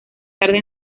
tarde